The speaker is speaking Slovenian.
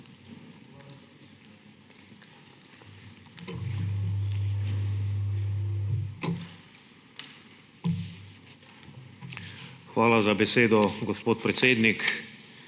Hvala za besedo, gospod predsednik.